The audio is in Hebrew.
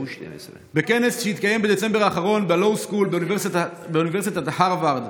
בכנס שהתקיים בדצמבר האחרון ב-Law School באוניברסיטת הרווארד,